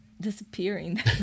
disappearing